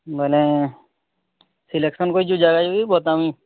ମାନେ ସିଲେକ୍ସନକୁ ଯେଉଁ ଯାଗା ଯାଉଛି ବର୍ତ୍ତମାନ